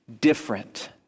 different